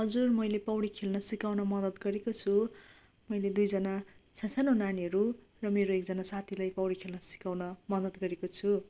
हजुर मैले पौडी खेल्न सिकाउन मदत गरेको छु मैले दुइजना सान्सानो नानीहरू र मेरो एकजना साथीलाई पौडी खल्न सिकाउन मदत गरेको छु